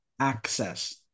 access